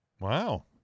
Wow